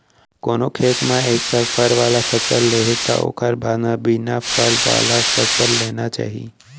कोनो खेत म एक साल फर वाला फसल ले हे त ओखर बाद म बिना फल वाला फसल लेना चाही